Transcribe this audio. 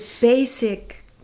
basic